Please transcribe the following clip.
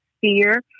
fear